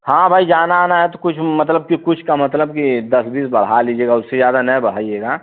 हाँ भई जाना आना है तो कुछ मतलब कि कुछ का मतलब कि दस बीस बढ़ा लीजिएगा उससे ज्यादा ना बढ़ाइएगा